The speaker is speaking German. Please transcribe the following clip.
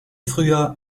früher